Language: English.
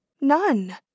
none